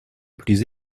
plus